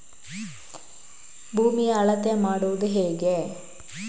ಭೂಮಿಯ ಅಳತೆ ಮಾಡುವುದು ಹೇಗೆ?